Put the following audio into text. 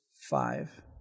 five